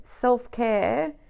self-care